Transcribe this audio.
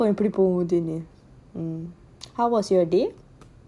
எப்படிபோவுதுஇது:epdi povuthu idhu how was your day